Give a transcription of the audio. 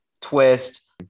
twist